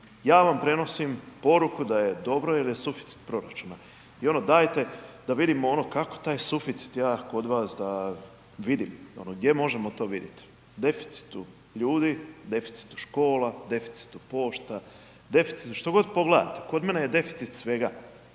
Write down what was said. ja vam prenosim poruku da je dobro jer je suficit proračuna i ono dajte da vidimo kako taj suficit ja kod vas da vidimo ono gdje možemo to vidjeti, deficitu ljudi, deficitu škola, deficitu pošta, deficitu, što god pogledate, kod mene je deficit svega.